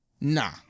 nah